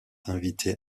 invités